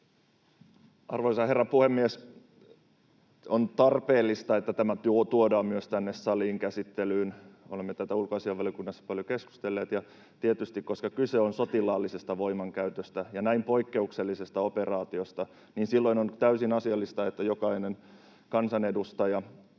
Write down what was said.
Arvoisa herra puhemies! On tarpeellista, että tämä tuodaan myös tänne saliin käsittelyyn. Olemme tästä ulkoasiainvaliokunnassa paljon keskustelleet, ja tietysti, koska kyse on sotilaallisesta voimankäytöstä ja näin poikkeuksellisesta operaatiosta, silloin on täysin asiallista, että jokainen kansanedustaja